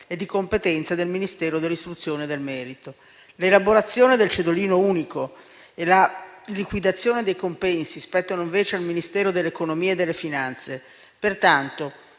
è di competenza del Ministero dell'istruzione e del merito. L'elaborazione del cedolino unico e la liquidazione dei compensi spettano invece al Ministero dell'economia e delle finanze. Pertanto,